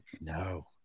No